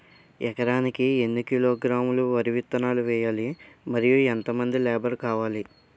ఎకరానికి ఎన్ని కిలోగ్రాములు వరి విత్తనాలు వేయాలి? మరియు ఎంత మంది లేబర్ కావాలి?